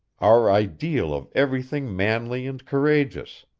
our ideal of everything manly and courageous!